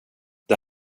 det